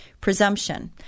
Presumption